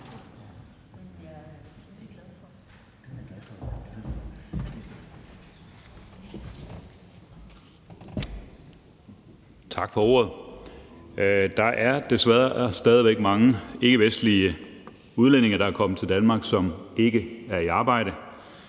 Tak for ordet. Der er desværre stadig væk mange ikkevestlige udlændinge, der er kommet til Danmark, som ikke er i arbejde.